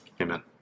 Amen